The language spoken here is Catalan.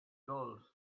dolç